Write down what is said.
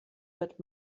wird